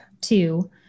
two